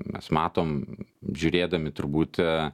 mes matom žiūrėdami turbūt